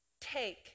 take